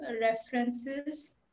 references